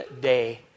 day